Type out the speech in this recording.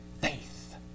faith